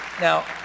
now